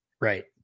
right